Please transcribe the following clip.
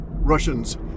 Russians